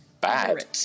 Bad